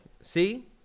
See